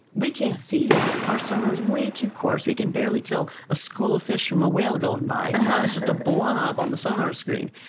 we can't see that. our sonar's way too coarse. we can barely tell a school of fish from a whale going by. it's just a blob on the sonar screen.